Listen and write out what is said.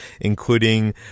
including